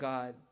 God